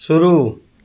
शुरू